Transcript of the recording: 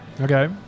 Okay